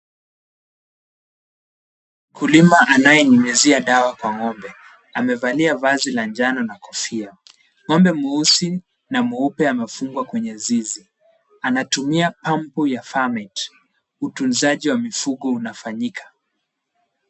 Mkulima anayenyunyizia dawa kwa ng'ombe. Amevalia vazi la njano na kofia. Ng'ombe mweusi na mweupe amefungwa kwenye zizi. Anatumia pampu ya Farmate. Utunzaji wa mifugo unafanyika.